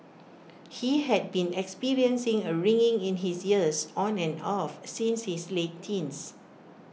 he had been experiencing A ringing in his ears on and off since his late teens